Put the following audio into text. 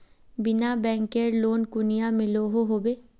बिना बैंकेर लोन कुनियाँ मिलोहो होबे?